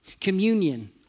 Communion